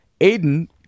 Aiden